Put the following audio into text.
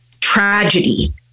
tragedy